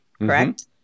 correct